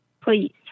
please